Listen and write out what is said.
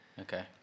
Okay